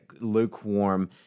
lukewarm